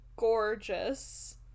Gorgeous